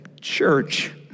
church